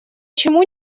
чему